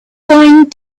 going